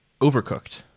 Overcooked